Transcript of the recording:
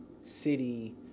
city